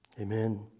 Amen